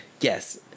yes